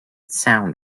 sound